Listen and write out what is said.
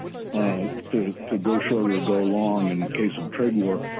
to to go short or go long in case of trade war,